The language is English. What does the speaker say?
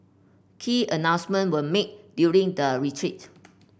key announcement were made during the retreat